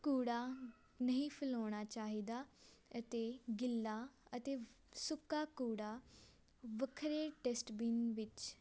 ਕੂੜਾ ਨਹੀਂ ਫੈਲਾਉਣਾ ਚਾਹੀਦਾ ਅਤੇ ਗਿੱਲਾ ਅਤੇ ਸੁੱਕਾ ਕੂੜਾ ਵੱਖਰੇ ਡਸਟਬਿਨ ਵਿੱਚ